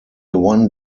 one